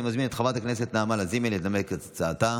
אני מזמין את חברת הכנסת נעמה לזימי לנמק את הצעתה.